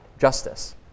justice